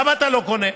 למה אתה לא קונה?